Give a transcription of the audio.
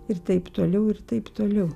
ir taip toliau ir taip toliau